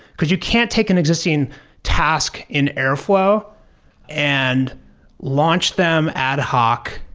because you can't take an existing task in airflow and launch them ad hoc.